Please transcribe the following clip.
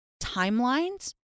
timelines